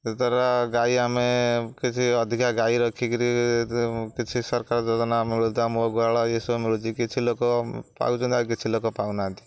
ଯଦ୍ୱାରା ଗାଈ ଆମେ କିଛି ଅଧିକା ଗାଈ ରଖିକିରି କିଛି ସରକାର ଯୋଜନା ମିଳୁ ମୋ ଗୁହାଳ ଏଇସବୁ ମିଳୁଛି କିଛି ଲୋକ ପାଉଛନ୍ତି ଆଉ କିଛି ଲୋକ ପାଉନାହାନ୍ତି